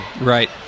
Right